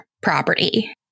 property